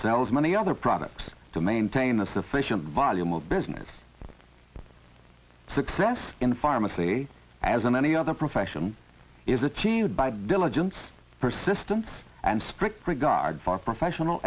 as many other products to maintain a sufficient volume of business success in the pharmacy as in any other profession is achieved by diligence persistence and strict regard for professional